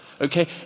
Okay